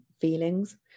feelings